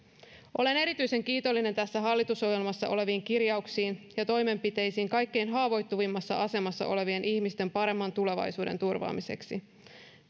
olen erityisen kiitollinen tässä hallitusohjelmassa oleviin kirjauksiin ja toimenpiteisiin kaikkein haavoittuvimmassa asemassa olevien ihmisten paremman tulevaisuuden turvaamiseksi